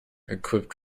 equipped